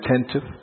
attentive